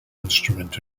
instrument